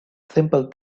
simple